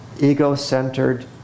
ego-centered